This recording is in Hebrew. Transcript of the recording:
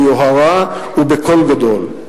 ביוהרה ובקול גדול.